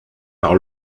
par